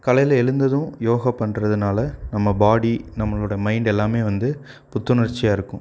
காலையில் எழுந்ததும் யோகா பண்ணுறதுனால நம்ம பாடி நம்மளோட மைண்டு எல்லாம் வந்து புத்துணர்ச்சியாக இருக்கும்